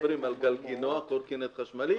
מדברים על גלגינוע קורקינט חשמלי,